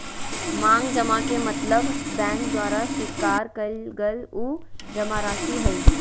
मांग जमा के मतलब बैंक द्वारा स्वीकार कइल गल उ जमाराशि हइ